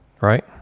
right